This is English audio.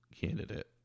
candidate